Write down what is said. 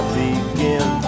begin